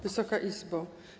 Wysoka Izbo!